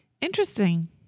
interesting